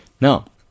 now